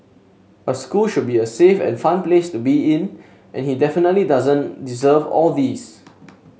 a school should be a safe and fun place to be in and he definitely doesn't deserve all these